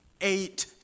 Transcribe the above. eight